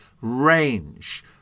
range